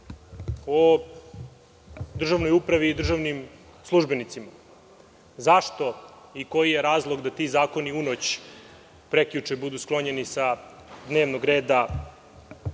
o državnoj upravi i državnim službenicima.Zašto i koji je razlog da ti zakoni u noć prekjuče budu sklonjeni sa dnevnog reda,